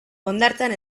hondartzan